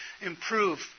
improve